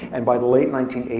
and by the late nineteen eighty